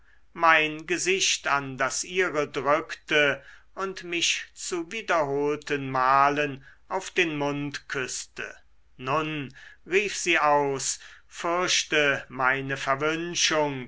mein gesicht an das ihre drückte und mich zu wiederholten malen auf den mund küßte nun rief sie aus fürchte meine verwünschung